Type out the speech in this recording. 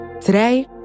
Today